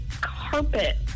carpet